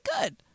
good